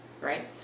right